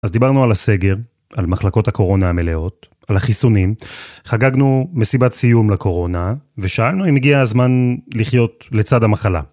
אז דיברנו על הסגר, על מחלקות הקורונה המלאות, על החיסונים, חגגנו מסיבת סיום לקורונה ושאלנו אם הגיע הזמן לחיות לצד המחלה.